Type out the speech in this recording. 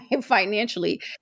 financially